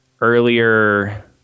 earlier